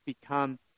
become